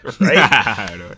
right